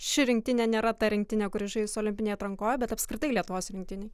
ši rinktinė nėra ta rinktinė kuri žais olimpinėj atrankoj bet apskritai lietuvos rinktinėj